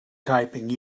typing